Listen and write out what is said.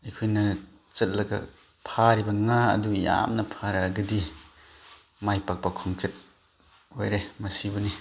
ꯑꯩꯈꯣꯏꯅ ꯆꯠꯂꯒ ꯐꯥꯔꯤꯕ ꯉꯥ ꯑꯗꯨ ꯌꯥꯝꯅ ꯐꯥꯔꯛꯑꯒꯗꯤ ꯃꯥꯏ ꯄꯥꯛꯄ ꯈꯣꯡꯆꯠ ꯑꯣꯏꯔꯦ ꯃꯁꯤꯕꯨꯅꯤ